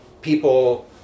people